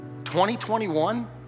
2021